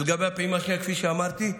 ולגבי הפעימה, כפי שאמרתי,